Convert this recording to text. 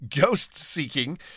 ghost-seeking